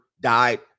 died